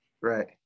Right